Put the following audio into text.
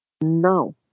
No